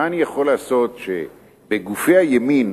מה אני יכול לעשות שבגופי הימין